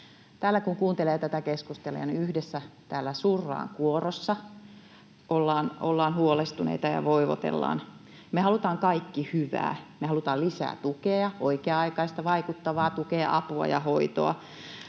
kun kuuntelee tätä keskustelua, niin yhdessä täällä surraan kuorossa, ollaan huolestuneita ja voivotellaan. Me halutaan kaikki hyvää: me halutaan lisää tukea, oikea-aikaista, vaikuttavaa tukea, apua ja hoitoa,